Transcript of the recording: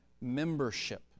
membership